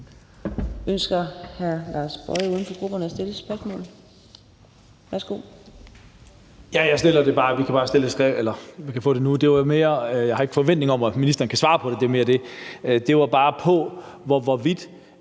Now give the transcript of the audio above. Ønsker hr. Lars Boje Mathiesen, uden for grupperne, at stille et spørgsmål? Værsgo.